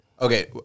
Okay